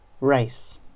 Race